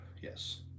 yes